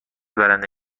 برنده